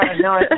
no